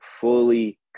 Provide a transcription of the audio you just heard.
fully